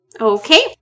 Okay